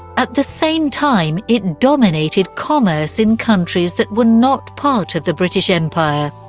at the same time it dominated commerce in countries that were not part of the british empire,